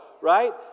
right